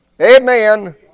Amen